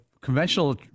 conventional